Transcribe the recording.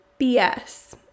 BS